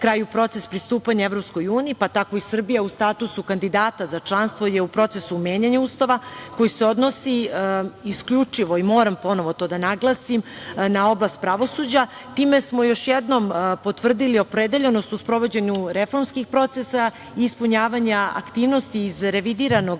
kraju proces pristupanja Evropskoj uniji, pa tako i Srbija u statusu kandidata za članstvo je u procesu menjanja Ustava koji se odnosi isključivo, moram ponovo to da naglasim, na oblast pravosuđa. Time smo još jednom potvrdili opredeljenost u sprovođenju reformskih procesa i ispunjavanja aktivnosti iz revidiranog